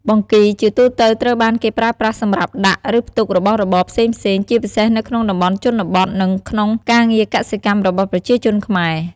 បង្គីជាទូទៅត្រូវបានគេប្រើប្រាស់សម្រាប់ដាក់ ឬផ្ទុករបស់របរផ្សេងៗ ជាពិសេសនៅក្នុងតំបន់ជនបទ និងក្នុងការងារកសិកម្មរបស់ប្រជាជនខ្មែរ។